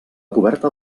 coberta